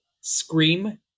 scream